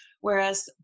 Whereas